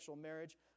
marriage